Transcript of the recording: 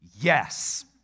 Yes